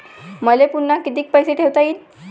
मले पुन्हा कितीक पैसे ठेवता येईन?